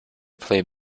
play